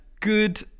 good